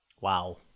Wow